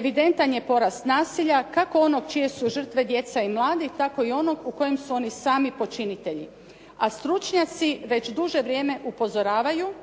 evidentan je porast nasilja kako onog čije su žrtve djeca i mladi, tako i onog u kojem su oni sami počinitelji. A stručnjaci već dulje vrijeme upozoravaju